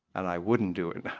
and i wouldn't do it